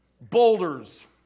Boulders